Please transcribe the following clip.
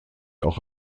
auch